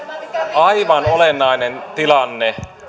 aivan olennainen tilanne